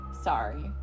sorry